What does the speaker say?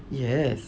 yes